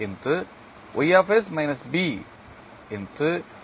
y B